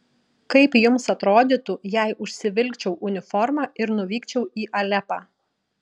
kaip jums atrodytų jei užsivilkčiau uniformą ir nuvykčiau į alepą